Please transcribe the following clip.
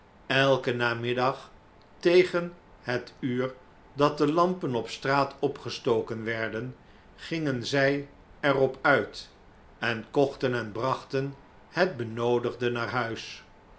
elken namiddag tegen het uur dat de lampen op straat opgestoken werden gingen zij er op uit en kochten en brachten het benoodigde naar huis